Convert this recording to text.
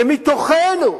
שמתוכנו,